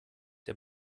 der